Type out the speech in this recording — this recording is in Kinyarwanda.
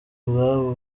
ubwabo